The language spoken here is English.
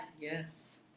Yes